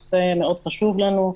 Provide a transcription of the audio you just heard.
זה נושא שמאוד חשוב לנו.